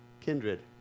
kindred